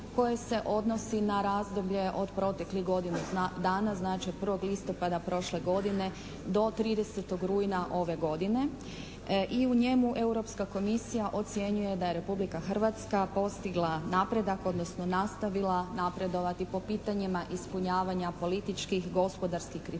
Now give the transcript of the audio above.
koje se odnosi na razdoblje od proteklih godinu dana znači od 1. listopada prošle godine do 30. rujna ove godine. I u njemu Europska komisija ocjenjuje da je Republika Hrvatska postigla napredak odnosno nastavila napredovati po pitanjima ispunjavanja političkih, gospodarskih kriterija,